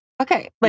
Okay